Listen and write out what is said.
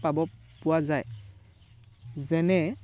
পাব পোৱা যায় যেনে